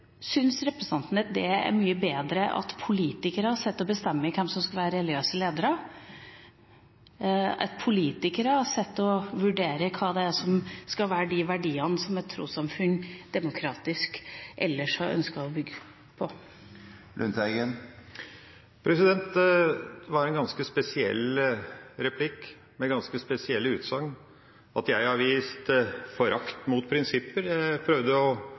representanten det er mye bedre at politikere sitter og bestemmer hvem som skal være religiøse ledere, at politikere sitter og vurderer hva som skal være de verdiene som et demokratisk trossamfunn ellers har ønsket å bygge på? Det var en ganske spesiell replikk med ganske spesielle utsagn – at jeg har vist forakt for prinsipper. Jeg prøvde